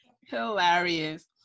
Hilarious